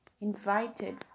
invited